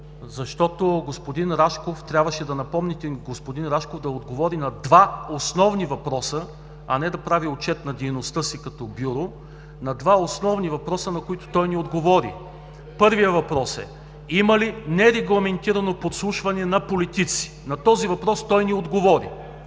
направихте една грешка. Трябваше да напомните на господин Рашков да отговори на два основни въпроса, а не да прави отчет на дейността си като Бюро, два основни въпроса, на които той не отговори. Първият въпрос е: има ли нерегламентирано подслушване на политици? На този въпрос той не отговори.